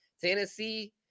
Tennessee